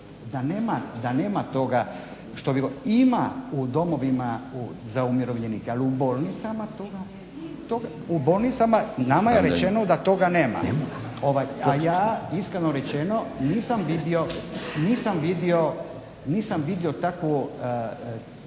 da nema toga što, ima u domovima za umirovljenike, ali u bolnicama toga nema, nama je rečeno da toga nema. Ja iskreno rečeno nisam vidio takve